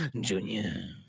junior